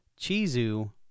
Chizu